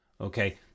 Okay